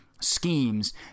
schemes